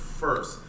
first